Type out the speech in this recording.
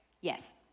Yes